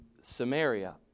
Samaria